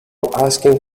asking